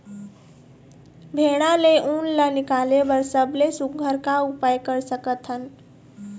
भेड़ा ले उन ला निकाले बर सबले सुघ्घर का उपाय कर सकथन?